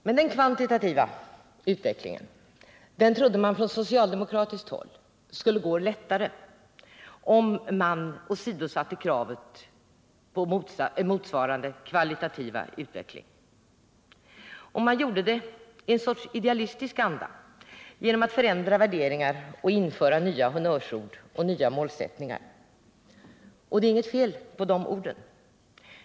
Men från socialdemokratiskt håll trodde man att den kvantitativa utvecklingen skulle gå lättare om man åsidosatte kravet på motsvarande kvalitativa utveckling. Och man gjorde det i en sorts idealistisk anda genom att förändra värderingarna och införa nya honnörsord och nya målsättningar. Det är inget fel på de nya orden.